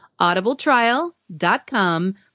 audibletrial.com